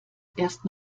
erst